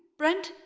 brent?